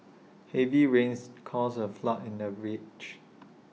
heavy rains caused A flood in the village